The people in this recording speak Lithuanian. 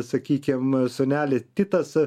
sakykim sūneli titas